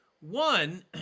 One